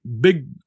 big